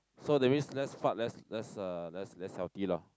so that means less fart less less uh less less healthy lah